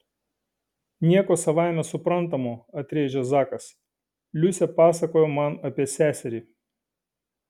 nieko savaime suprantamo atrėžė zakas liusė pasakojo man apie seserį